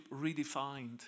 redefined